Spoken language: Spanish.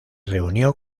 reunió